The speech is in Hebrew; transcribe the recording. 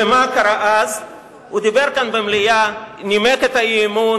הוא דיבר כאן במליאה, נימק את האי-אמון,